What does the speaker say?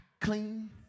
clean